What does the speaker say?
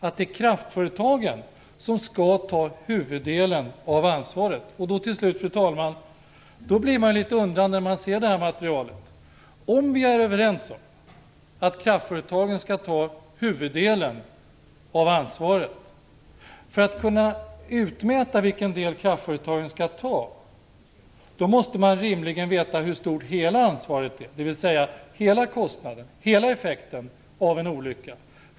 Det är kraftföretagen som skall ta huvuddelen av ansvaret. Man blir litet undrande när man ser materialet. Om vi är överens om att kraftföretagen skall ta huvuddelen av ansvaret måste vi kunna mäta kostnaderna. För att kunna utmäta hur stor del kraftföretagen skall ta måste man rimligen veta hur stort hela ansvaret är, dvs. hela kostnaden - hela effekten - av en olycka.